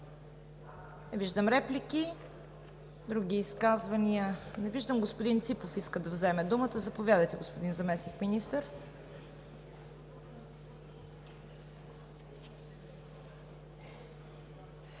Не виждам. Други изказвания? Не виждам. Господин Ципов иска да вземе думата. Заповядайте, господин Заместник-министър.